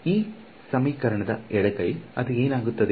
ಈ ಸಮೀಕರಣದ ಎಡಗೈ ಅದು ಏನಾಗುತ್ತದೆ